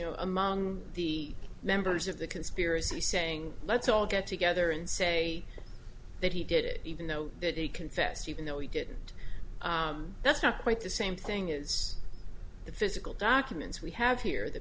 know among the members of the conspiracy saying let's all get together and say that he did it even though that he confessed even though he didn't that's not quite the same thing is the physical documents we have here th